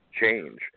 change